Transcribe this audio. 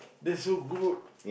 that's so good